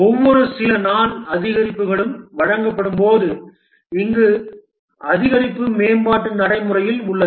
ஒவ்வொரு சில நாள் அதிகரிப்புகளும் வழங்கப்படும் போது இங்கு அதிகரிப்பு மேம்பாடு நடைமுறையில் உள்ளது